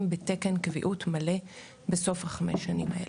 בתקן קביעות מלא בסוף חמש השנים האלה.